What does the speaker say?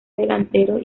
delantero